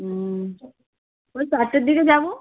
হুম ওই চারটের দিকে যাবো